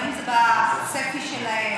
בין שזה בצפי שלהם,